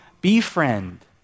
befriend